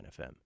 FM